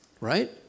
Right